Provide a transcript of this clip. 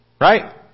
right